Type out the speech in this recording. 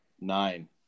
Nine